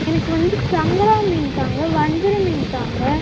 எனக்கு வந்து சங்கரா மீன் தாங்க வஞ்சரம் மீன் தாங்க